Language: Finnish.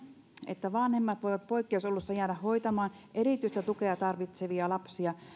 että vanhemmat voivat poikkeusoloissa jäädä hoitamaan erityistä tukea tarvitsevia lapsia